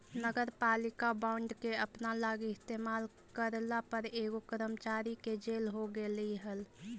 नगरपालिका बॉन्ड के अपना लागी इस्तेमाल करला पर एगो कर्मचारी के जेल हो गेलई हल